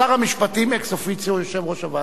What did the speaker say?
שר המשפטים אקס אופיציו הוא יושב-ראש הוועדה.